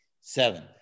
seven